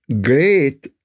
great